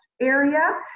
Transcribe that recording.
area